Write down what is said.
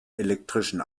elektrischen